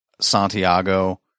Santiago